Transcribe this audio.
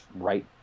right